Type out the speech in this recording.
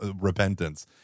Repentance